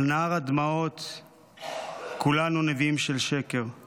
// על נהר הדמעות / כולנו נביאים של שקר /